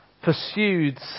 pursued